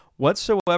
Whatsoever